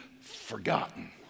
forgotten